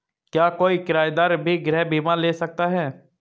क्या कोई किराएदार भी गृह बीमा ले सकता है?